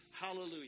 Hallelujah